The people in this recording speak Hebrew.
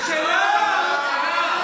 זה שלך.